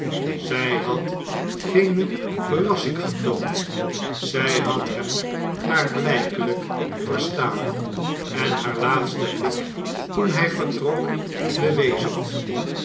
zij had geene verrassing getoond zij had hem klaarblijkelijk verstaan en haar laatste blik toen hij vertrok bewees